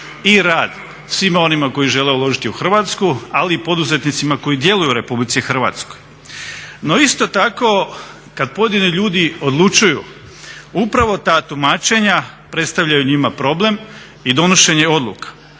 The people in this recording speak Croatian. i rad svima onima koji žele uložiti u Hrvatsku, ali i poduzetnicima koji djeluju u Republici Hrvatskoj. No isto tako kad pojedini ljudi odlučuju upravo ta tumačenja predstavljaju njima problem i donošenje odluka.